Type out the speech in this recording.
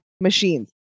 machines